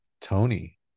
Tony